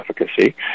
efficacy